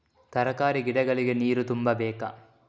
ತರಕಾರಿ ಗಿಡಗಳಿಗೆ ನೀರು ತುಂಬಬೇಕಾ?